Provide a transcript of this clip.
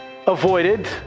Avoided